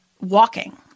walking